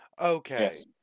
Okay